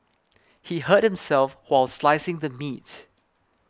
he hurt himself while slicing the meat